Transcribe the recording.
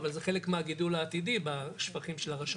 אבל זה חלק מהגידול העתידי מהשפכים של הרש"פ.